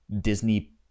disney